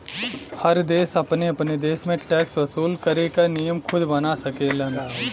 हर देश अपने अपने देश में टैक्स वसूल करे क नियम खुद बना सकेलन